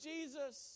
Jesus